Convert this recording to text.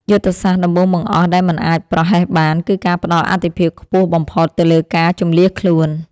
យុទ្ធសាស្ត្រដំបូងបង្អស់ដែលមិនអាចប្រហែសបាន គឺការផ្ដល់អាទិភាពខ្ពស់បំផុតទៅលើការជម្លៀសខ្លួន។